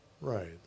Right